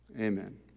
Amen